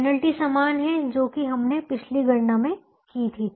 penalty समान है जो कि हमने पिछली गणना में की थी